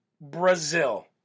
brazil